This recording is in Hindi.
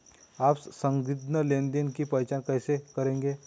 आप संदिग्ध लेनदेन की पहचान कैसे करेंगे?